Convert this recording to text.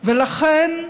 ולכן,